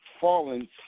fallen